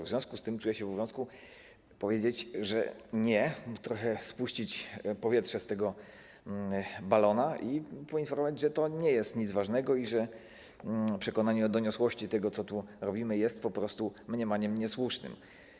W związku z tym czuję się w obowiązku powiedzieć, że nie, trochę spuścić powietrze z tego balonu i poinformować, że to nie jest nic ważnego i że przekonanie o doniosłości tego, co tu robimy, jest po prostu mniemaniem niesłusznym.